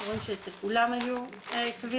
אנחנו רואים שאצל כולן היו קבילות.